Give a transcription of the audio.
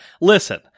listen